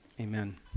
Amen